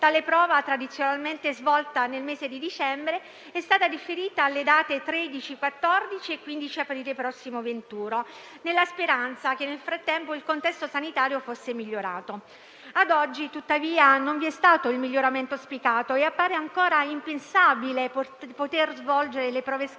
Tale prova, tradizionalmente svolta nel mese di dicembre, era stata differita alle date 13, 14 e 15 aprile prossimo venturo, nella speranza che nel frattempo il contesto sanitario fosse migliorato. Tuttavia, ad oggi non vi è stato il miglioramento auspicato e appare ancora impensabile svolgere le prove scritte